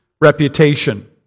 reputation